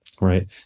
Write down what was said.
right